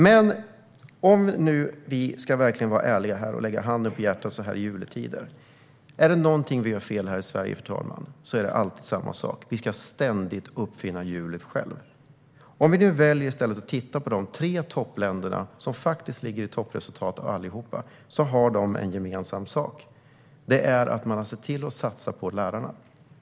Men om vi verkligen ska vara ärliga här och lägga handen på hjärtat så här i juletider kan jag säga att om det är någonting som vi gör fel här i Sverige, fru talman, är det alltid samma sak, nämligen att vi ständigt ska uppfinna hjulet själva. Om vi i stället väljer att titta på de tre länder som faktiskt ligger i topp i fråga om resultat har de något gemensamt, och det är att de har sett till att satsa på lärarna.